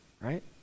right